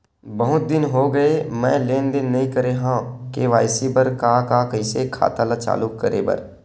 बहुत दिन हो गए मैं लेनदेन नई करे हाव के.वाई.सी बर का का कइसे खाता ला चालू करेबर?